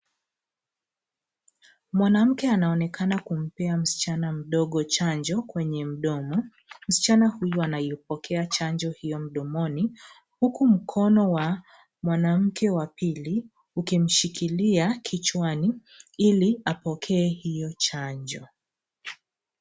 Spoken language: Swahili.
Mwanamke anaonekana kumpea msichana mdogo chanjo kwenye mdomo msichana huyu anayepokea chanjo hio mdomoni huku mkono wa mwanamke wa pili ukimshikilia kichwani iliapokee hio chanjo.